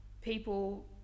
people